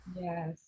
Yes